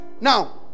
Now